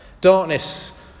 Darkness